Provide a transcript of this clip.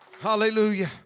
hallelujah